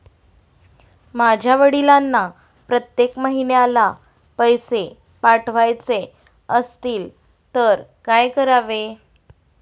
माझ्या वडिलांना प्रत्येक महिन्याला पैसे पाठवायचे असतील तर काय करावे?